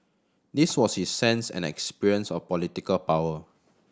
this was his sense and experience of political power